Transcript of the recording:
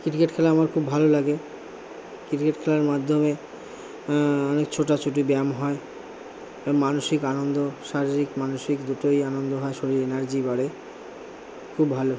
cricket খেলা আমার খুব ভালো লাগে ক্রিকেট খেলার মাধ্যমে অনেক ছোটাছুটি ব্যায়াম হয় মানসিক আনন্দ শারীরিক মানসিক দুটোই আনন্দ হয় শরীরে এনার্জি বাড়ে খুব ভালো